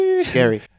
Scary